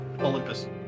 Olympus